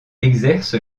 exerce